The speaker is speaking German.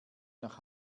nach